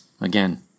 Again